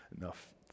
enough